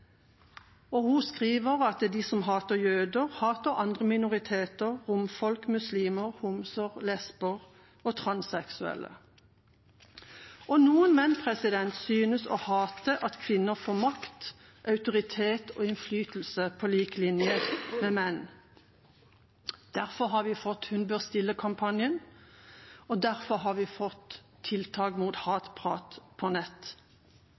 Hun skriver at de som hater jøder, hater andre minoriteter – romfolk, muslimer, homser, lesber og transseksuelle. Noen menn synes å hate at kvinner får makt, autoritet og innflytelse på lik linje med menn. Derfor har vi fått Hun bør stille-kampanjen, og derfor har vi fått tiltak mot hatprat på nett.